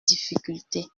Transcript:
difficulté